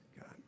God